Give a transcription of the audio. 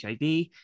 hiv